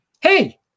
hey